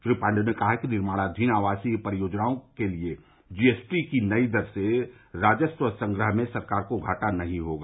श्री पांडे ने कहा कि निर्माणाधीन आवासीय परियोजनाओं के लिए जीएसटी की नई दर से राजस्व संग्रह में सरकार को घाटा नहीं होगा